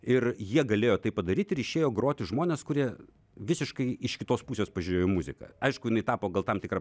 ir jie galėjo tai padaryti ir išėjo groti žmones kurie visiškai iš kitos pusės pažiūrėjo į muziką aišku jinai tapo gal tam tikra